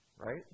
right